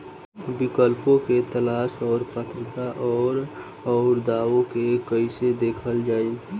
विकल्पों के तलाश और पात्रता और अउरदावों के कइसे देखल जाइ?